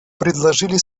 предложили